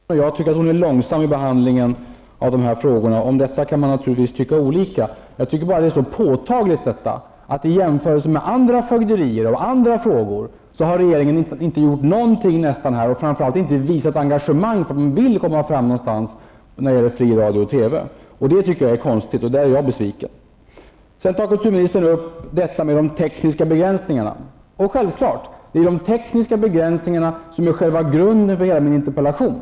Herr talman! Birgit Friggebo tycker att hon är snabb i behandlingen, och jag tycker att hon är långsam i behandlingen av dessa frågor. Om detta kan man naturligtvis tycka olika. Jag tycker bara att det är så påtagligt att regeringen i denna fråga i jämförelse med andra fögderier och frågor nästan inte gjort någonting och framför allt inte visat engagemang för att vilja komma fram någonstans när det gäller fri radio och TV. Det tycker jag är konstigt. När det gäller den saken är jag besviken. Sedan tar kulturmininstern upp detta med tekniska begränsningar. Självklart är det de tekniska begränsningarna som ligger till grund för min interpellation.